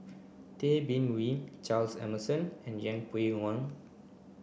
Tay Bin Wee Charles Emmerson and Yeng Pway Ngon